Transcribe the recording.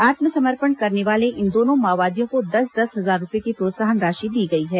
आत्मसमर्पण करने वाले इन दोनों माओवादियों को दस दस हजार रूपये की प्रोत्साहन राशि दी गई है